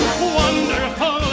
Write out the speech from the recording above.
Wonderful